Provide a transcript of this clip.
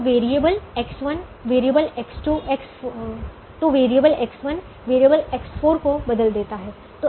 तो variable X1 variable X4 को बदल देता है